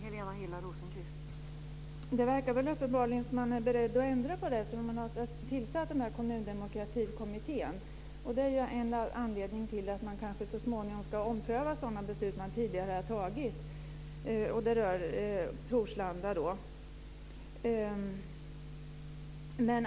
Fru talman! Det verkar väl uppenbarligen som om man är beredd att ändra på detta eftersom man har tillsatt denna kommundemokratikommitté. Det är ju en anledning till att man kanske så småningom ska ompröva sådana beslut som man tidigare har fattat, och det rör Torslanda.